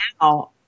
Now